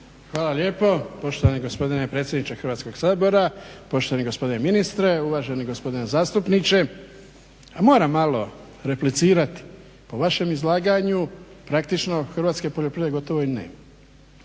Hvala lijepo. Poštovani gospodine predsjedniče Hrvatskog sabora, poštovani gospodine ministre, uvaženi gospodine zastupniče. Moram malo replicirati. Po vašem izlaganju praktično hrvatske poljoprivrede gotovo i nema.